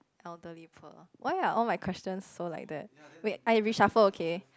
elderly poor why are all my questions so like that wait I reshuffle okay